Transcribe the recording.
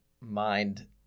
mind